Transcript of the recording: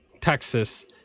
Texas